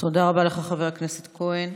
תודה רבה לך, חבר הכנסת כהן.